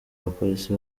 abapolisi